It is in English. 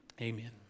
Amen